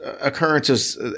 occurrences